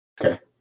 Okay